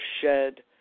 shed